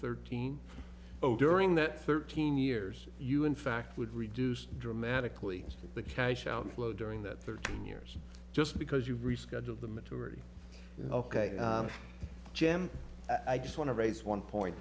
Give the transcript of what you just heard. thirteen zero during that thirteen years you in fact would reduce dramatically the cash outflow during that thirteen years just because you've rescheduled the majority ok jim i just want to raise one point